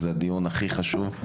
אני חושב שזה הדיון הכי חשוב.